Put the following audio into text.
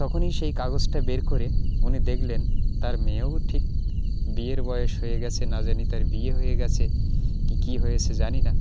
তখনই সেই কাগজটা বের করে উনি দেখলেন তার মেয়েরও ঠিক বিয়ের বয়স হয়ে গিয়েছে না জানি তার বিয়ে হয়ে গিয়েছে কী কী হয়েছে জানি না